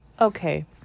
Okay